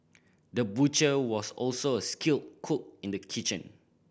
the butcher was also a skilled cook in the kitchen